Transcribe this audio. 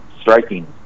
striking